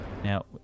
Now